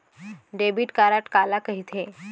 Debit card काला कहिथे?